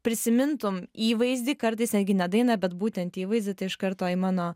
prisimintum įvaizdį kartais netgi ne dainą bet būtent įvaizdį tai iš karto į mano